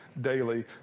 daily